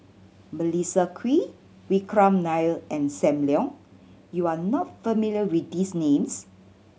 Melissa Kwee Vikram Nair and Sam Leong you are not familiar with these names